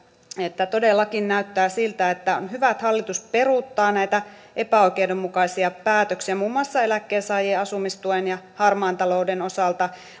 että todellakin näyttää siltä että on hyvä että hallitus peruuttaa näitä epäoikeudenmukaisia päätöksiä muun muassa eläkkeensaajien asumistuen ja harmaan talouden osalta